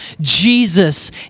Jesus